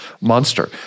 monster